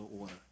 order